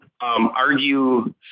argue